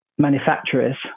Manufacturers